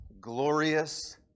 glorious